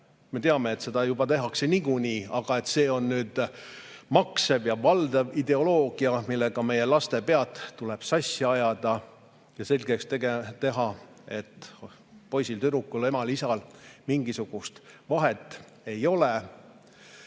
Me teame, et seda tehakse niikuinii, aga see on maksev ja valdav ideoloogia, millega meie laste pead tuleb sassi ajada ja neile selgeks teha, et poisil-tüdrukul, emal-isal mingisugust vahet ei ole. Ja